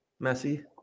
Messi